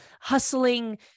hustling